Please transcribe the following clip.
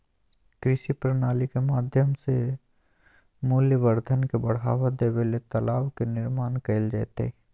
कृषि प्रणाली के माध्यम से मूल्यवर्धन के बढ़ावा देबे ले तालाब के निर्माण कैल जैतय